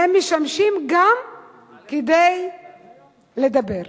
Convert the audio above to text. הם משמשים גם כדי לדבר.